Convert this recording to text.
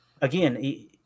again